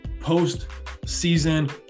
postseason